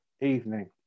evening